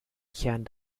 kern